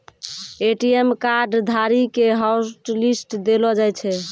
ATM card धारी के hotlist देलो जाय छै